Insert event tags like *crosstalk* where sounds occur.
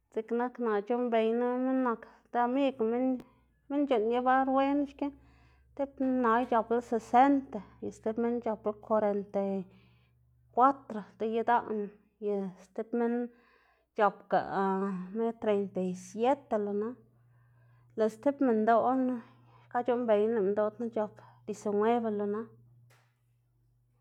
Dziꞌk nak naꞌ c̲h̲uꞌnnbeyná minn nak deamiꞌgná, minn minn c̲h̲uꞌnn yebar wen xki, *noise* tib nay c̲h̲apla sesenta y stib minn c̲h̲apla kwrenta kwatro de idaꞌná stib minn c̲h̲apga mer treinta y siete lo na, lëꞌ stib minndoꞌna xka c̲h̲uꞌnnbeyná lëꞌ minndoꞌ knu c̲h̲ap disinuebe lo na. *noise*